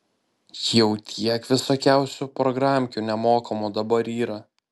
jau tiek visokiausių programkių nemokamų dabar yra